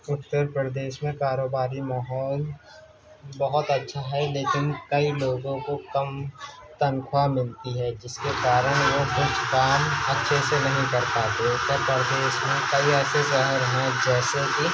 اتر پردیش میں کاروباری ماحول بہت اچھا ہے لیکن کئی لوگوں کو کم تنخواہ ملتی ہے جس کے کارن وہ کچھ کام اچھے سے نہیں کر پاتے اتر پردیش میں کئی ایسے شہر ہیں جیسے کہ